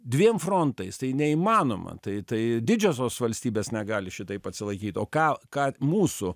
dviem frontais tai neįmanoma tai tai didžiosios valstybės negali šitaip atsilaikyt o ką ką mūsų